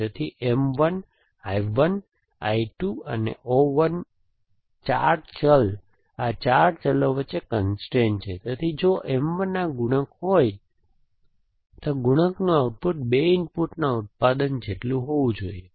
તેથી M 1 I 1 I 2 અને O 1 4 ચલ આ 4 ચલ વચ્ચેનો કન્સ્ટ્રેઇન છે તેથી જો M 1 આ હોય તો ગુણકનું આઉટપુટ 2 ઇનપુટના ઉત્પાદન જેટલું હોવું જોઈએ